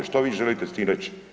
Što vi želite s tim reći?